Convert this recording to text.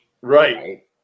right